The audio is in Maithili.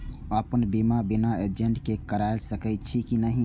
अपन बीमा बिना एजेंट के करार सकेछी कि नहिं?